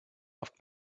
off